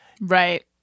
right